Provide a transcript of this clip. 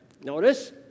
notice